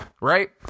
right